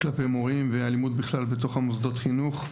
כלפי מורים, ואלימות בכלל בתוך מוסדות החינוך.